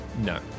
No